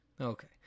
Okay